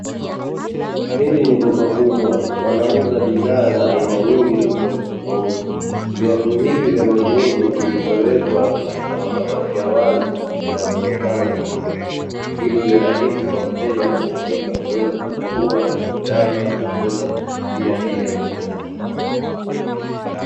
Hili ni duka kubwa wanquza bidhaa za aina nyingi tofauti tofauti. Viatu hivi vya miguuni vilivyowekwa katika makabati ya wazi vinavyoonekana vizuri ili iwe rahisi kwa mteja anapofika kuweza kuchagua anachokitaka na kuweza kuilipia ili aweze kuondoka nacho.